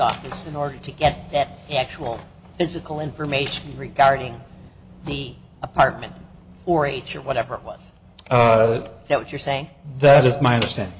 office in order to get that actual physical information regarding the apartment or h or whatever it was that you're saying that is my understanding